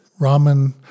ramen